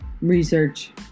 research